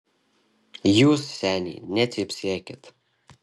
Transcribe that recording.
jūs seniai necypsėkit